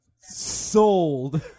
Sold